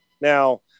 now